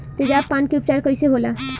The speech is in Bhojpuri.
तेजाब पान के उपचार कईसे होला?